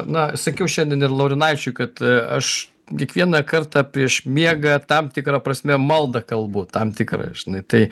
na sakiau šiandien ir laurinaičiui kad aš kiekvieną kartą prieš miegą tam tikra prasme maldą kalbu tam tikrą žinai tai